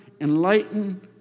Enlighten